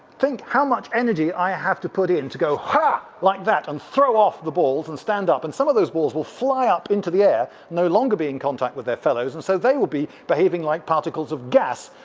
think how much energy i have to put in to go hah like that, and throw off the balls and stand up. and some of those balls will fly up into the air, and no longer be in contact with their fellows, and so they would be behaving like particles of gas,